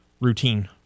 routine